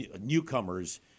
newcomers